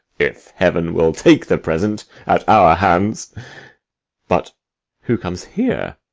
if heaven will take the present at our hands but who comes here?